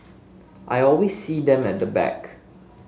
I always see them at the back